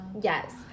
yes